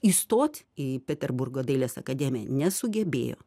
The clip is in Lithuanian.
įstot į peterburgo dailės akademiją nesugebėjo